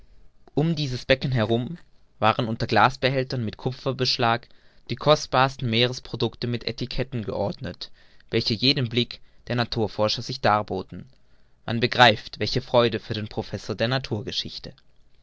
um dieses becken herum waren unter glasbehältern mit kupferbeschlag die kostbarsten meeresproducte mit etiketten geordnet welche je den blicken der naturforscher sich darboten man begreift welche freude für den professor der naturgeschichte